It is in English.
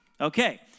Okay